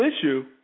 issue